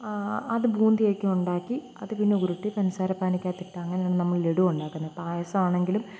അത് ബൂന്ദി ഒക്കെ ഉണ്ടാക്കി അതുപിന്നെ ഉരുട്ടി പഞ്ചസാര പാനിക്കകത്തിട്ട് അങ്ങനെയാണ് നമ്മള് ലെഡ്ഡു ഉണ്ടാക്കുന്നെ പായസമാണെങ്കിലും